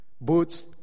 boots